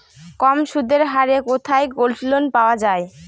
কম সুদের হারে কোথায় গোল্ডলোন পাওয়া য়ায়?